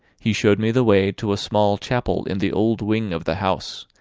he showed me the way to a small chapel in the old wing of the house,